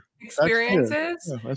experiences